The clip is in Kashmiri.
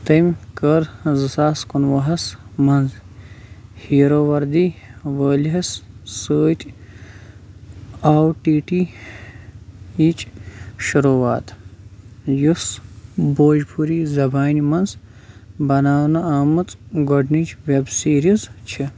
تٔمۍ کٔر زٕ ساس کُنوُہ ہَس مَنٛز ہیرو وَردِی والا ہَس سۭتۍ او ٹی ٹی یِچ شروعات، یُس بھوجپوُری زبانہِ مَنٛز بَناونہٕ آمٕژ گۄڈٕنِچ ویٚب سیریز چھِ